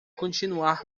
continuar